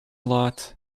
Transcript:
lot